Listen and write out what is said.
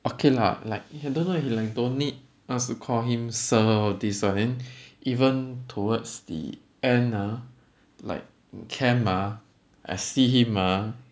okay lah like he don't know leh he like don't need us to call him sir all these lah even towards the end ah like camp ah I see him ah